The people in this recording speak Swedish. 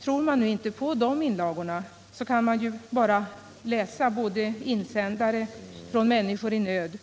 Tror man inte på de inlagorna, kan man ju bara läsa insändare från människor i nöd,